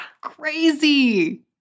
Crazy